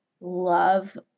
Love